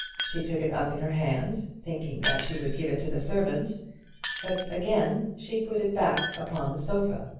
she took it up in her hand, thinking that she would give it to the servant but again she put it back upon the sofa.